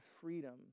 freedom